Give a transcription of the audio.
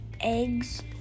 eggs